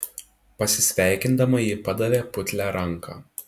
pasisveikindama ji padavė putlią ranką